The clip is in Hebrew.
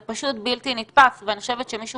זה פשוט בלתי נתפס ואני חושבת שמישהו